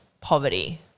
poverty